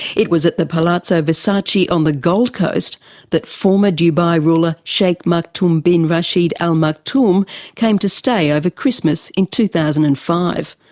it was at the palazzo versace on the gold cast that former dubai ruler sheikh maktoum bin rashid al maktoum came to stay over christmas in two thousand and five.